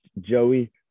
joey